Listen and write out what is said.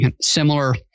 similar